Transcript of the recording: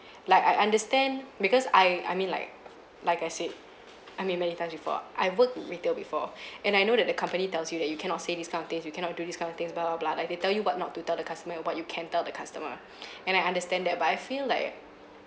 like I understand because I I mean like like I said I mean many times before I worked in retail before and I know that the company tells you that you cannot say these kind of things you cannot do this kind of things blah blah blah like I they tell you what not to tell the customer and what you can tell the customer and I understand that but I feel like